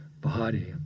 body